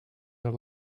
the